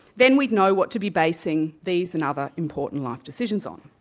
then we'd know what to be basing these and other important life decisions on.